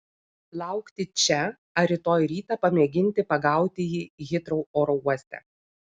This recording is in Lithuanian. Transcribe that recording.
laukti čia ar rytoj rytą pamėginti pagauti jį hitrou oro uoste